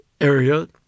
Area